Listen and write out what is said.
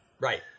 Right